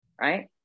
right